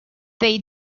they